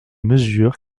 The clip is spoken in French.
mesures